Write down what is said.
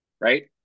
Right